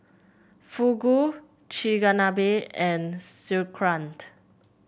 Fugu Chigenabe and Sauerkraut